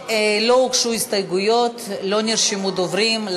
לא הוגשו הסתייגויות ולא נרשמו דוברים,